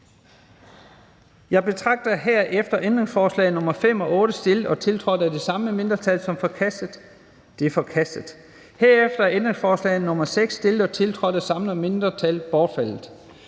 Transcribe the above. Jeg betragter herefter ændringsforslag nr. 5 og 8, stillet og tiltrådt af de samme mindretal, som forkastet. De er forkastet. Herefter er ændringsforslag nr. 6, stillet og tiltrådt af de samme mindretal bortfaldet.